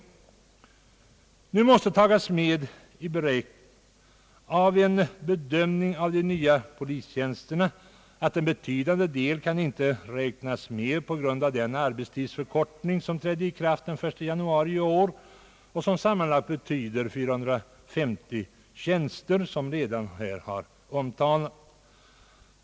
Vid en bedömning av de nya polistjänsterna måste man ta med i beräkningen att en betydande del av detta tillskott inte kommer att medföra någon förbättring på grund av den arbetstidsförkortning som träder i kraft den 1 januari i år och som sammanlagt motsvarar cirka 450 tjänster, vilket redan här har omtalats.